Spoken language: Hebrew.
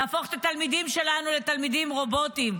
להפוך את התלמידים שלנו לתלמידים רובוטים.